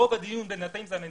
רוב הדיון בינתיים זה על הנצרכים.